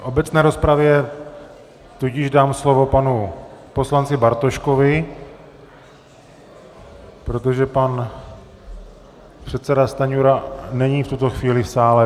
V obecné rozpravě tudíž dám slovo panu poslanci Bartoškovi, protože pan předseda Stanjura není v tuto chvíli v sále.